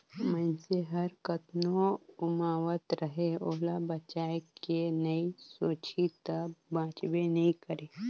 मइनसे हर कतनो उमावत रहें ओला बचाए के नइ सोचही त बांचबे नइ करे